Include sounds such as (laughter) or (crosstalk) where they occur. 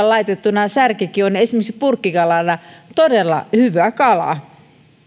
(unintelligible) laitettuna särkikin on esimerkiksi purkkikalana todella hyvä kala